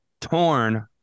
torn